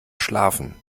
schlafen